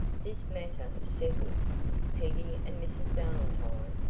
this matter settled, peggy and mrs. valentine,